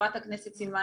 חברת הכנסת סילמן,